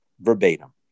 verbatim